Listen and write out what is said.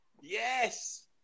yes